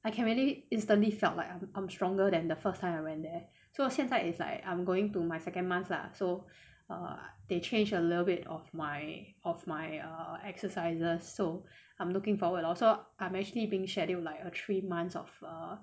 I can really instantly felt like I'm I'm stronger than the first time I went there so 现在 it's like I'm going to my second month lah so err they change a little bit of my of my err exercises so I'm looking forward also I'm actually being schedule like a three months of or